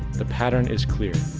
the pattern is clear.